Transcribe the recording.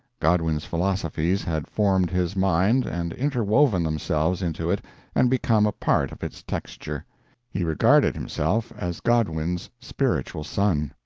godwin's philosophies had formed his mind and interwoven themselves into it and become a part of its texture he regarded himself as godwin's spiritual son.